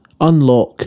Unlock